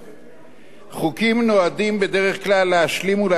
חוקים נועדים בדרך כלל להשלים ולהדביק פערים,